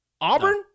Auburn